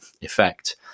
effect